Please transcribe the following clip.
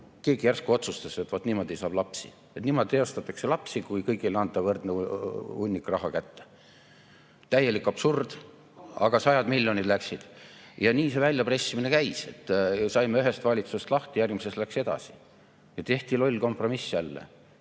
Keegi järsku otsustas, et vot niimoodi saab lapsi, et niimoodi eostatakse lapsi, kui kõigile anda võrdne hunnik raha kätte. Täielik absurd, aga sajad miljonid läksid. Ja nii see väljapressimine käis. Saime ühest valitsusest lahti, järgmises läks edasi. Ja tehti loll kompromiss jälle,